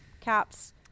caps